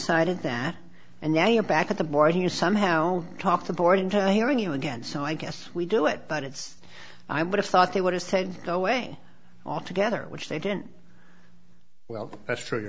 cited that and now you're back at the border you somehow talk to boarding time hearing you again so i guess we do it but it's i would have thought they would have said go away altogether which they didn't well that's true